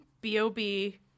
B-O-B